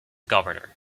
governor